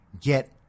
get